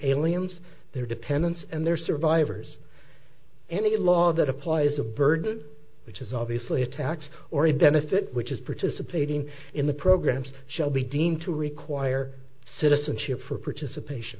aliens their dependents and their survivors any law that applies the burden which is obviously a tax or a benefit which is participating in the programs shall be deemed to require citizenship for participation